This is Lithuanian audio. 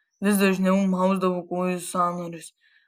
vis dažniau mausdavo kojų sąnarius